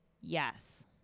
Yes